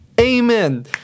Amen